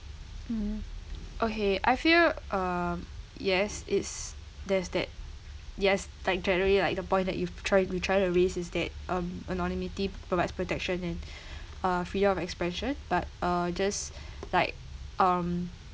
hmm okay I feel um yes it's there's that yes like generally like the point that you've tried you're tried to raise is that um anonymity provides protection and uh freedom of expression but uh just like um